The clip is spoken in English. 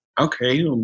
okay